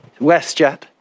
WestJet